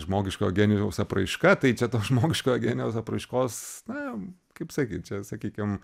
žmogiškojo genijaus apraiška tai čia to žmogiškojo genijaus apraiškos na kaip sakyt čia sakykim